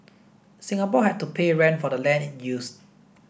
Singapore had to pay rent for the land it used